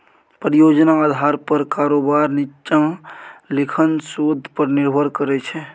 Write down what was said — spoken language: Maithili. परियोजना आधार पर कारोबार नीच्चां लिखल शोध पर निर्भर करै छै